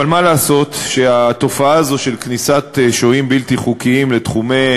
אבל מה לעשות שהתופעה הזאת של כניסת שוהים בלתי חוקיים לתחומי